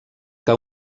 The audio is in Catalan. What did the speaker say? que